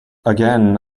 again